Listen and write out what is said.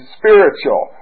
spiritual